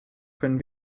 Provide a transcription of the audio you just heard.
können